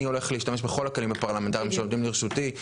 אני הולך להשתמש בכל הכלים הפרלמנטריים שעומדים לרשותי,